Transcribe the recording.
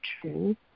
true